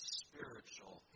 spiritual